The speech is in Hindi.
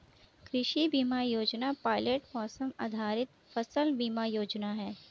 कृषि बीमा योजना पायलट मौसम आधारित फसल बीमा योजना है